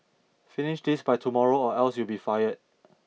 finish this by tomorrow or else you'll be fired